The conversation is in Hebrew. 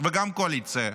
וגם קואליציה,